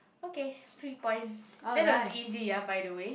okay three points that was easy ah by the way